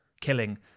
killing